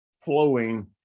flowing